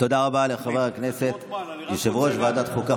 תודה רבה ליושב-ראש ועדת החוקה,